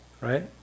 right